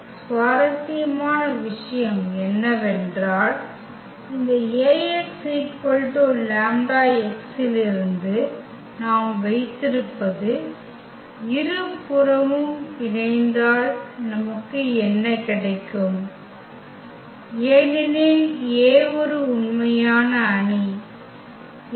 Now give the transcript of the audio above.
சுவாரஸ்யமான விஷயம் என்னவென்றால் இந்த Ax λx இலிருந்து நாம் வைத்திருப்பது இருபுறமும் இணைந்தால் நமக்கு என்ன கிடைக்கும் ஏனெனில் A ஒரு உண்மையான அணி எனவே